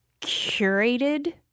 curated